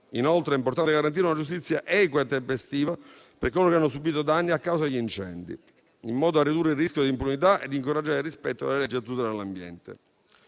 Inoltre, è importante garantire una giustizia equa e tempestiva per coloro che hanno subito danni a causa degli incendi, in modo da ridurre il rischio di impunità e incoraggiare il rispetto delle leggi a tutela dell'ambiente.